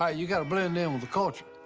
ah you gotta blend in with the culture.